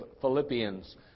Philippians